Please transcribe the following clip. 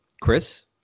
chris